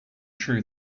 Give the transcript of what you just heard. true